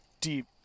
deep